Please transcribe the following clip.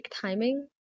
timing